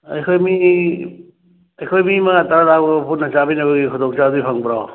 ꯑꯩꯈꯣꯏ ꯃꯤ ꯑꯩꯈꯣꯏ ꯃꯤ ꯃꯉꯥ ꯇꯔꯥ ꯂꯥꯛꯂꯒ ꯄꯨꯟꯅ ꯆꯥꯃꯤꯟꯅꯕꯒꯤ ꯈꯨꯗꯣꯡ ꯆꯥꯕꯗꯤ ꯐꯪꯕ꯭ꯔꯣ